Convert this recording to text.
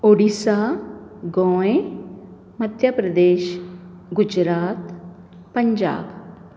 Odisha Goa Madhya Pradesh Gujarat Punjab